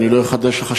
ואני לא אחדש לך,